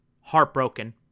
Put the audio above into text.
Heartbroken